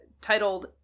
titled